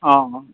অঁ